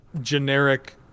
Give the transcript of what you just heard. generic